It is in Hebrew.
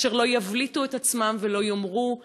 אשר לא יבליטו את עצמם ולא יאמרו: